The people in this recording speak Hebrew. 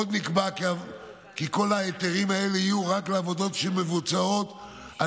עוד נקבע כי כל ההיתרים האלה יהיו רק לעבודות שמבוצעות על